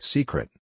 Secret